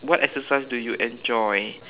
what exercise do you enjoy